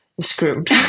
screwed